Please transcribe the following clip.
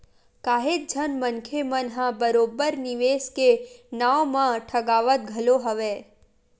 काहेच झन मनखे मन ह बरोबर निवेस के नाव म ठगावत घलो हवय